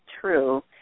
true